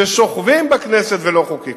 ששוכבים בכנסת ולא חוקקו.